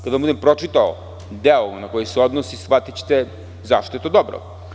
Kada budem pročitao deo na koji se odnosi, shvatićete zašto je to dobro.